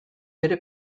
bere